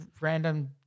random